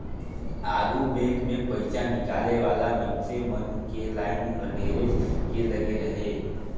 आघु बेंक मे पइसा निकाले वाला मइनसे मन के लाइन हर ढेरेच के लगे रहें